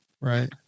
Right